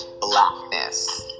blackness